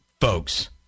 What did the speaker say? folks